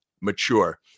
mature